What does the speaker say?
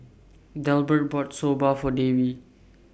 Delbert bought Soba For Davey